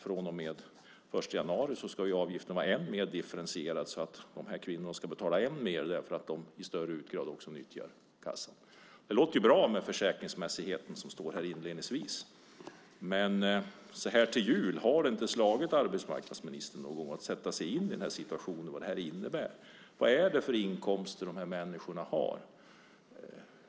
Från och med den 1 januari ska ju avgiften vara ännu mer differentierad så att de här kvinnorna ska betala ännu mer eftersom de i större utsträckning nyttjar kassan. Det låter bra med försäkringsmässighet som det står om inledningsvis. Har det inte så här vid jul slagit arbetsmarknadsministern att sätta sig in i vad den här situationen innebär? Vad är det för inkomster de här människorna har?